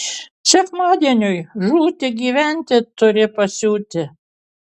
sekmadieniui žūti gyventi turi pasiūti